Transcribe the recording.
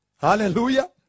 Hallelujah